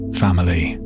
family